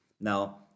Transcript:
Now